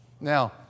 Now